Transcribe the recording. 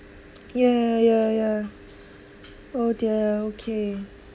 ya ya ya oh dear okay